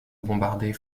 bombarder